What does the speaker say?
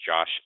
Josh